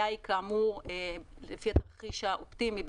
לפי התרחיש האופטימי,